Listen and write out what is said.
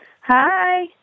Hi